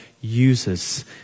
uses